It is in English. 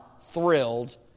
thrilled